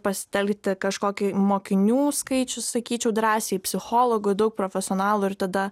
pasitelkti kažkokį mokinių skaičių sakyčiau drąsiai psichologų daug profesionalų ir tada